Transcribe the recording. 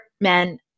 men